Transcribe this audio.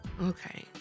Okay